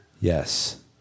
Yes